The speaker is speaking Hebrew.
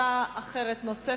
הצעה אחרת נוספת,